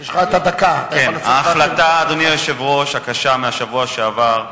על ההחלטה הקשה מהשבוע שעבר,